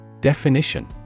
Definition